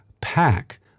pack